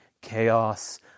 Chaos